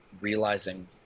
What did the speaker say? realizing –